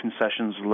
concessions